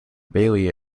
bailey